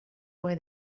why